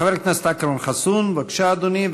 חבר הכנסת אכרם חסון, בבקשה, אדוני.